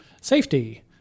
safety